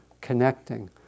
connecting